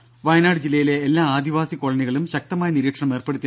ദേദ വയനാട് ജില്ലയിലെ എല്ലാ ആദിവാസി കോളനികളിലും ശക്തമായ നിരീക്ഷണം ഏർപ്പെടുത്തി